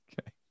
okay